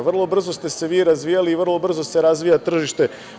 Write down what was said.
Vrlo brzo ste se vi razvijali i vrlo brzo se razvija tržište.